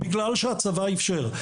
בגלל שהצבא אפשר,